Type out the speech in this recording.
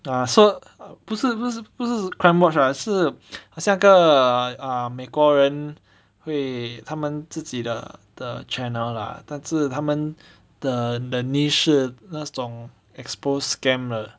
ah so 不是不是不是 crimewatch ah 是很像那个 err 美国人会他们自己的的 channel lah 但是他们的的 niche 是那种 expose scam 的